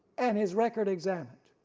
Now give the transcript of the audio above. and his record examined.